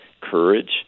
courage